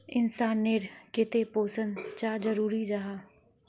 इंसान नेर केते पोषण चाँ जरूरी जाहा?